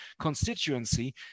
constituency